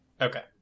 Okay